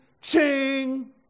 ching